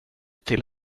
till